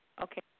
Okay